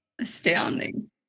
Astounding